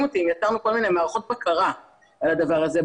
אותי אם ייצרנו מערכות בקרה על הדבר הזה.